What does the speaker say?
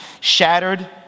shattered